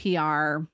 PR